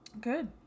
Good